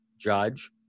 Judge